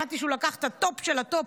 הבנתי שהוא לקח את הטופ של הטופ,